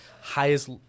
highest